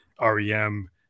REM